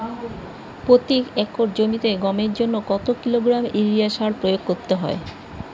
প্রতি একর জমিতে গমের জন্য কত কিলোগ্রাম ইউরিয়া সার প্রয়োগ করতে হয়?